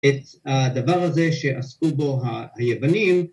‫את הדבר הזה שעסקו בו היוונים.